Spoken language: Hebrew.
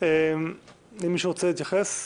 מישהו רוצה להתייחס?